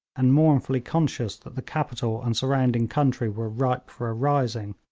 and mournfully conscious that the capital and surrounding country were ripe for a rising,